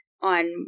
on